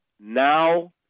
Now –